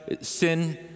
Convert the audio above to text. Sin